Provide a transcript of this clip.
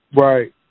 Right